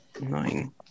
nine